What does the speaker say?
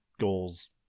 goals